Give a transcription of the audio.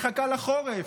מחכה לחורף.